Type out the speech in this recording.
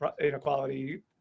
inequality